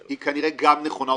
היא כנראה גם נכונה.